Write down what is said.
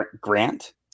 Grant